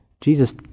Jesus